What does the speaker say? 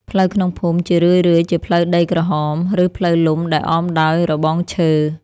ផ្លូវក្នុងភូមិជារឿយៗជាផ្លូវដីក្រហម ឬផ្លូវលំដែលអមដោយរបងឈើ។